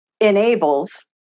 enables